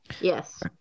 yes